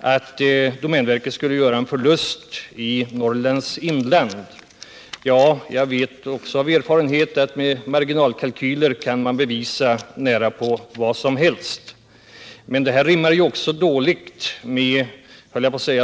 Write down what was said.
att domänverket skulle göra en förlust i Norrlands inland. Jag vet, också av erfarenhet, att med marginalkalkyler kan man visa nära nog vad som helst. Men det här rimmar dåligt med småskogsbrukets villkor.